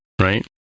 right